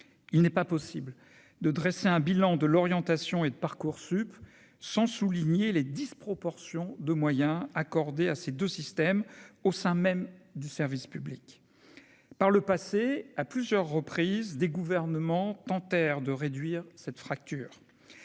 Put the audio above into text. il n'est pas possible de dresser un bilan de l'orientation et de Parcoursup sans souligner les disproportions de moyens accordés à ces 2 systèmes au sein même du service public par le passé à plusieurs reprises des gouvernements tentèrent de réduire cette fracture,